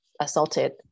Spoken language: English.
assaulted